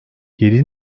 yedi